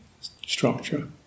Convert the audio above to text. structure